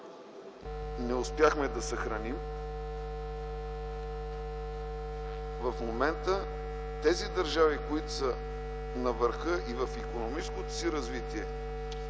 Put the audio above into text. не успяхме да ги съхраним. В момента държавите, които са на върха в икономическото си развитие